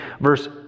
verse